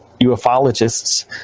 ufologists